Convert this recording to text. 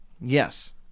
Yes